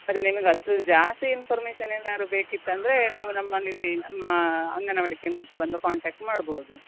ಅದೇ ನಿಮ್ಗೆ ಅಷ್ಟು ಜಾಸ್ತಿ ಇನ್ಫಾರ್ಮೇಷನ್ ಏನಾದ್ರು ಬೇಕಿತ್ತು ಅಂದರೆ ನೀವು ನಮ್ಮನ್ನ ಇಲ್ಲಿ ನಮ್ಮ ಅಂಗನವಾಡಿ ಕೇಂದ್ರಕ್ಕೆ ಬಂದು ಕಾಂಟೆಕ್ಟ್ ಮಾಡ್ಬೋದು